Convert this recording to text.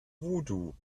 voodoo